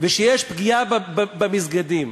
שיש פגיעה במסגדים,